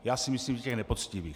Já si myslím, že těch nepoctivých.